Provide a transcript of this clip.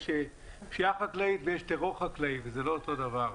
יש פשיעה חקלאית ויש טרור חקלאי וזה לא אותו דבר.